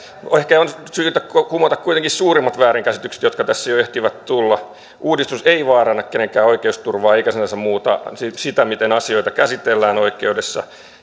ehkä on syytä kumota kuitenkin suurimmat väärinkäsitykset jotka tässä jo ehtivät tulla uudistus ei vaaranna kenenkään oikeusturvaa eikä sinänsä muuta sitä miten asioita käsitellään oikeudessa